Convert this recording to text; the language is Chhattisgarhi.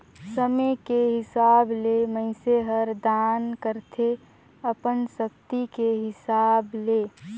समे के हिसाब ले मइनसे हर दान करथे अपन सक्ति के हिसाब ले